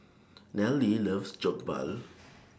Nallely loves Jokbal